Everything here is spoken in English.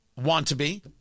want-to-be